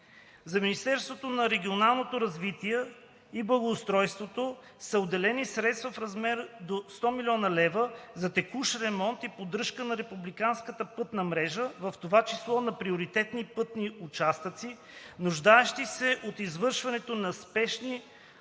За Министерството на регионалното развитие и благоустройството са отделени средства в размер до 100,0 млн. лв. за текущ ремонт и поддръжка на републиканската пътна мрежа, в това число на приоритетни пътни участъци, нуждаещи се от извършването на спешни